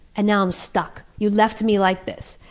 and now i'm stuck. you left me like this.